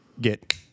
get